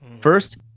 First